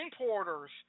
importers